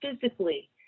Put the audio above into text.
physically